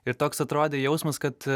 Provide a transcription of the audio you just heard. ir toks atrodė jausmas kad